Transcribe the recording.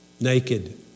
Naked